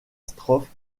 strophe